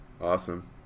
Awesome